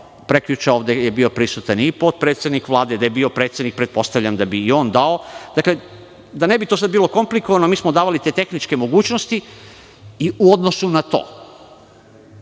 prekjuče ovde prisutan i potpredsednik Vlade. Da je bio predsednik, pretpostavljam da bi i on dao. Da ne bi to sad bilo komplikovano, mi smo davali te tehničke mogućnosti i u odnosu na to